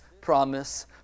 promise